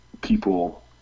people